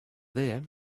there